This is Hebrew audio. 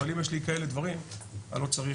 אבל אם יש לי כאלה דברים אני לא צריך,